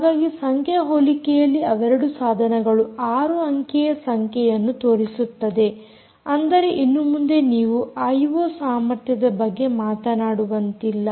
ಹಾಗಾಗಿ ಸಂಖ್ಯಾ ಹೋಲಿಕೆಯಲ್ಲಿ ಅವೆರಡು ಸಾಧನಗಳು 6 ಅಂಕೆಯ ಸಂಖ್ಯೆಯನ್ನು ತೋರಿಸುತ್ತದೆ ಅಂದರೆ ಇನ್ನು ಮುಂದೆ ನೀವು ಐಓ ಸಾಮರ್ಥ್ಯದ ಬಗ್ಗೆ ಮಾತನಾಡುವಂತಿಲ್ಲ